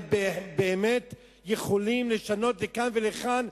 הם באמת יכולים לשנות לכאן ולכאן,